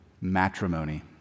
matrimony